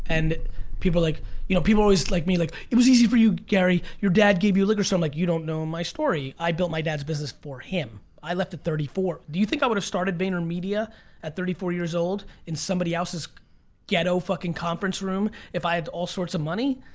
and people like you know people always, like me, like it was easy for you, gary. your dad gave you a liquor store. so i'm like, you don't know my story. i built my dad's business for him. i left at thirty four. do you think i would have started vaynermedia at thirty four years old in somebody else's ghetto fucking conference room if i had all sorts of money?